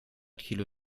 kilo